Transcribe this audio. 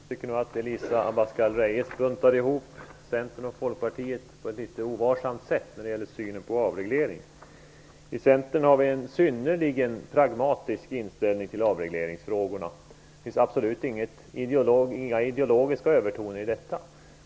Fru talman! Jag tycker nog att Elisa Abascal Reyes buntar ihop Centern och Folkpartiet på ett litet ovarsamt sätt när det gäller synen på avreglering. I Centern har vi en synnerligen pragmatisk inställning till avregleringsfrågorna. Det finns absolut inga ideologiska övertoner i detta.